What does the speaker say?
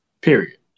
Period